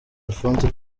alphonse